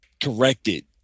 Corrected